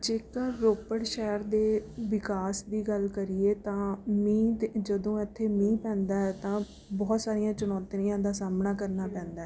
ਜੇਕਰ ਰੋਪੜ ਸ਼ਹਿਰ ਦੇ ਵਿਕਾਸ ਦੀ ਗੱਲ ਕਰੀਏ ਤਾਂ ਮੀਂਹ ਜਦੋਂ ਇੱਥੇ ਮੀਂਹ ਪੈਂਦਾ ਹੈ ਤਾਂ ਬਹੁਤ ਸਾਰੀਆਂ ਚੁਣੌਤੀਆਂ ਦਾ ਸਾਹਮਣਾ ਕਰਨਾ ਪੈਂਦਾ ਹੈ